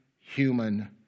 human